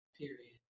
period